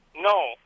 No